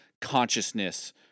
consciousness